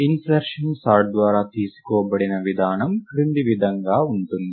insertion sort ద్వారా తీసుకోబడిన విధానం క్రింది విధంగా ఉంది